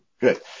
Good